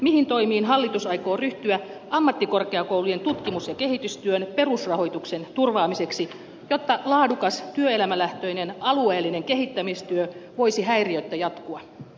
mihin toimiin hallitus aikoo ryhtyä ammattikorkeakoulujen tutkimus ja kehitystyön perusrahoituksen turvaamiseksi jotta laadukas työelämälähtöinen alueellinen kehittämistyö voisi häiriöttä jatkua